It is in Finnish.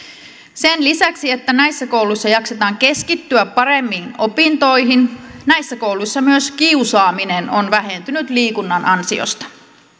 sen lisäksi että näissä kouluissa jaksetaan keskittyä paremmin opintoihin näissä kouluissa myös kiusaaminen on vähentynyt liikunnan ansiosta